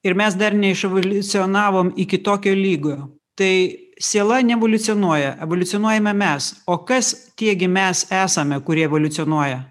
ir mes dar neiševoliucionavom iki tokio lygo tai siela neevoliucionuoja evoliucionuojame mes o kas tie gi mes esame kurie evoliucionuoja